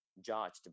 judged